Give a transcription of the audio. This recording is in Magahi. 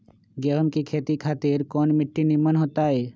गेंहू की खेती खातिर कौन मिट्टी निमन हो ताई?